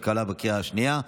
התקבלה בקריאה השנייה.